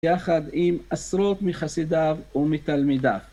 יחד עם עשרות מחסידיו ומתלמידיו.